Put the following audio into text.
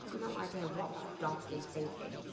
no idea what that dog's been thinking.